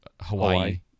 Hawaii